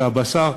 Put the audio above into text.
הבשר,